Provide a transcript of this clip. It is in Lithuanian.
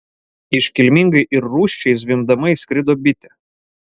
iškilmingai ir rūsčiai zvimbdama įskrido bitė